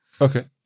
okay